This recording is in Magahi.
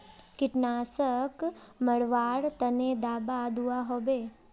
कीटनाशक मरवार तने दाबा दुआहोबे?